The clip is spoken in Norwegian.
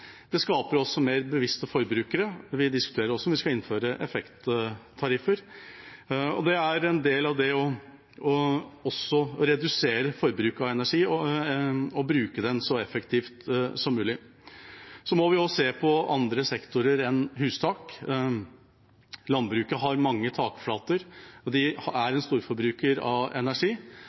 Det skaper også mer bevisste forbrukere. Vi diskuterer også om vi skal innføre effekttariffer. En del av dette er også å redusere forbruket av energi og bruke den så effektivt som mulig. Vi må også se på noe annet enn hustak. I landbruket har de mange takflater, og de er storforbrukere av energi.